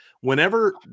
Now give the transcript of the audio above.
Whenever